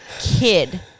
kid